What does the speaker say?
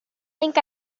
think